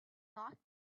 not